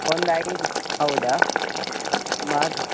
ಒಂದು ಐದು ಹೌದಾ ಮತ್ತು